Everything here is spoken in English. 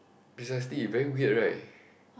precisely very weird right